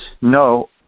No